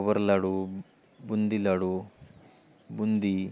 खोबरं लाडू बुंदी लाडू बुंदी